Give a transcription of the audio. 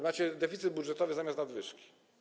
Macie deficyt budżetowy zamiast nadwyżki.